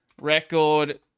record